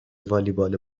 والیبال